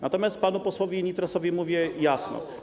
Natomiast panu posłowi Nitrasowi mówię jasno.